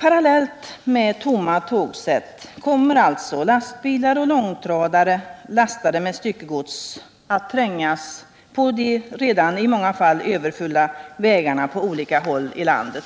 Samtidigt som vi får tomma tågsätt kommer alltså lastbilar och långtradare, lastade med styckegods, att trängas på de i många fall redan överfulla vägarna på olika håll i landet.